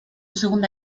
segunda